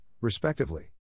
respectively